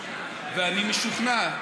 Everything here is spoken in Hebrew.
ואני משוכנע,